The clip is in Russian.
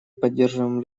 поддерживаем